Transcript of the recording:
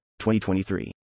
2023